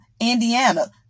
Indiana